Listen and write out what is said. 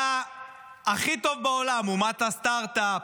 היה הכי טוב בעולם, אומת הסטארט-אפ,